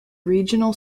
regional